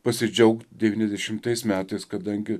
pasidžiaugt devyniasdešimtais metais kadangi